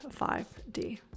5d